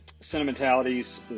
sentimentalities